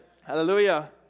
Hallelujah